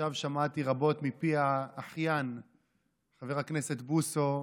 עכשיו שמעתי רבות מפי האחיין חבר הכנסת בוסו.